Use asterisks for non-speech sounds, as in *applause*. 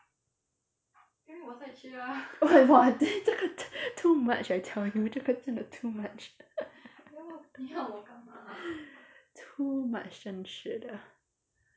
*laughs* 这个 too much I tell you 这个真的 too much *laughs* too much 真实的